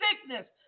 sickness